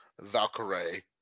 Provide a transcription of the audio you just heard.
valkyrie